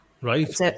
right